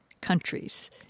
countries